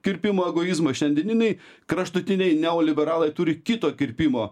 kirpimo egoizmo šiandieniniai kraštutiniai neoliberalai turi kito kirpimo